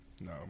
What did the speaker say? no